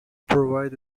provide